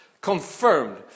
confirmed